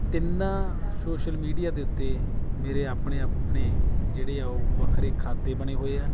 ਤਿੰਨਾਂ social media ਦੇ ਉੱਤੇ ਮੇਰੇ ਆਪਣੇ ਆਪਣੇ ਜਿਹੜੇ ਆ ਉਹ ਵੱਖਰੇ ਖਾਤੇ ਬਣੇ ਹੋਏ ਹੈ